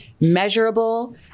measurable